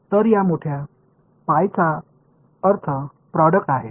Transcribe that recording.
எனவே இந்த பெரிய pi ஒரு பொருளை குறிக்கிறது